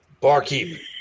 Barkeep